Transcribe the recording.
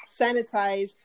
sanitize